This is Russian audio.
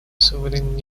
суверенитет